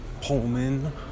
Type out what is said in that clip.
Pullman